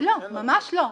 ממש לא.